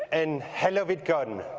and hello vidcon!